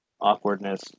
awkwardness